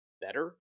better